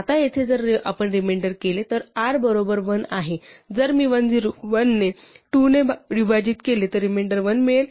आता येथे जर आपण रिमेंडर केले तर r बरोबर 1 आहे जर मी 101 ने 2 ने विभाजित केले तर रिमेंडर 1 मिळेल